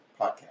podcast